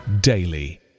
daily